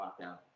lockdown